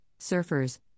surfers